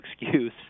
excuse